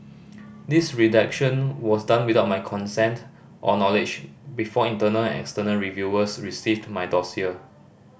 this redaction was done without my consent or knowledge before internal and external reviewers received my dossier